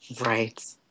Right